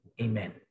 Amen